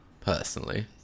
personally